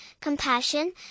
compassion